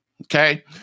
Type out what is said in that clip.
Okay